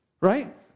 Right